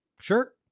Sure